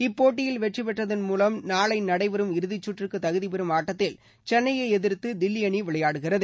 இப்போட்டியில் வெற்றி பெற்றதன் மூலம் நாளை நடைபெறும் இறுதிக்கற்றுக்கு தகுதிபெறும் ஆட்டத்தில் சென்னையை எதிர்த்து தில்லி அணி விளையாடுகிறது